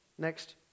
next